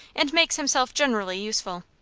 and makes himself generally useful.